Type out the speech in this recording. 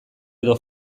edo